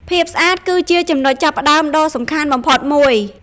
ភាពស្អាតគឺជាចំណុចចាប់ផ្តើមដ៏សំខាន់បំផុតមួយ។